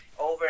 over